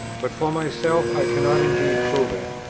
but for myself, i cannot indeed prove it,